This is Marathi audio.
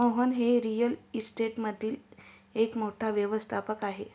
मोहन हे रिअल इस्टेटमधील एक मोठे व्यावसायिक आहेत